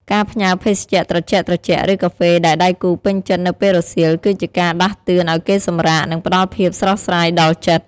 ការផ្ញើភេសជ្ជៈត្រជាក់ៗ ឬកាហ្វេដែលដៃគូពេញចិត្តនៅពេលរសៀល គឺជាការដាស់តឿនឱ្យគេសម្រាក និងផ្ដល់ភាពស្រស់ស្រាយដល់ចិត្ត។